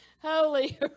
Holy